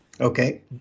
Okay